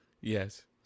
Yes